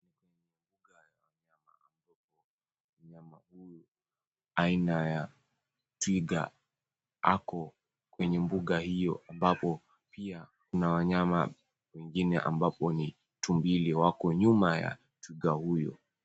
Mnyama huyu, aina ya twiga, ako kwenye mbuga hiyo, ambapo pia kuna wanyama wengine, ambapo ni tumbiri wako nyuma ya twiga huyo.